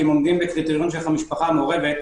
כי הם עומדים בקריטריון של משפחה מעורבת,